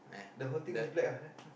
the whole thing is black ah there